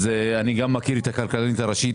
אז אני גם מכיר את הכלכלנית הראשית,